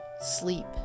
Sleep